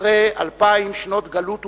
אחרי אלפיים שנות גלות ופזורה,